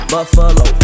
Buffalo